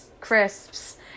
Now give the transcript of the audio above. crisps